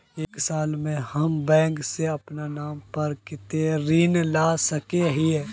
एक साल में हम बैंक से अपना नाम पर कते ऋण ला सके हिय?